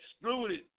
excluded